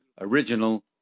original